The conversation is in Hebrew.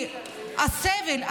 כי הסבל,